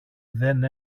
δεν